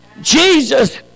Jesus